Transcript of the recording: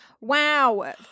Wow